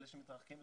אלה שמתרחקים,